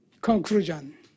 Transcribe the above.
conclusion